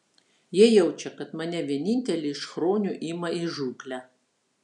jie jaučia kad mane vienintelį iš chronių ima į žūklę